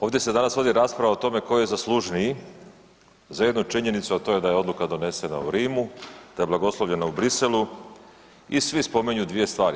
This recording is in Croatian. Ovdje se danas vodi rasprava o tome tko je zaslužniji za jednu činjenicu, a to je da je odluka donesena u Rimu, da je blagoslovljena u Bruxellesu i svi spominju dvije stvari.